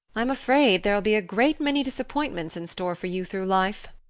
i'm afraid there'll be a great many disappointments in store for you through life.